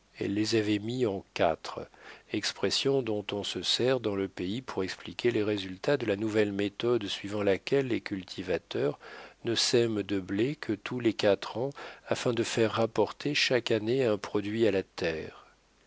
elle les avait mis en quatre expression dont on se sert dans le pays pour expliquer les résultats de la nouvelle méthode suivant laquelle les cultivateurs ne sèment de blé que tous les quatre ans afin de faire rapporter chaque année un produit à la terre